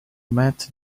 met